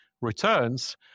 returns